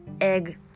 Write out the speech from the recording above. egg